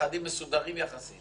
הנכדים מסודרים יחסית